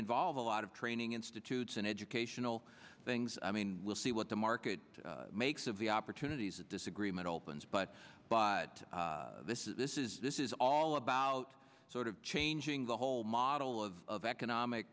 involve a lot of training institute and educational things i mean we'll see what the market makes of the opportunities of disagreement opens but by this is this is this is all about sort of changing the whole model of economic